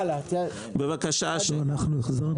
לא אנחנו החזרנו.